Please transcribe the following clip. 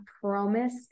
promise